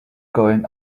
going